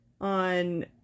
on